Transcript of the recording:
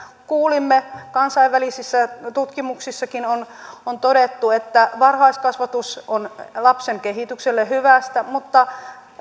kuulimme kansainvälisissä tutkimuksissakin on on todettu että varhaiskasvatus on lapsen kehitykselle hyväksi mutta